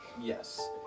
Yes